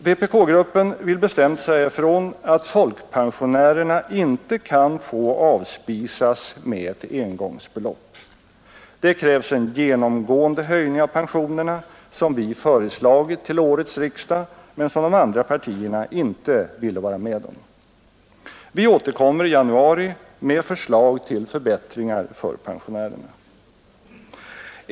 VPK-gruppen vill bestämt säga ifrån att folkpensionärerna inte kan få avspisas med ett engångsbelopp. Det krävs en genomgående höjning av pensionerna, vilket vi föreslagit till årets riksdag men som de andra partierna inte ville vara med om. Vi återkommer i januari med förslag till förbättringar för pensionärerna.